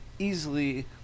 easily